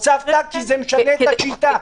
כי זה משנה את השיטה.